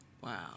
Wow